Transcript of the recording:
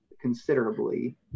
considerably